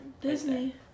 Disney